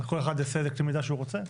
כל אחד יעשה לפי איזה קנה מידה שהוא רוצה?